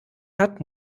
hat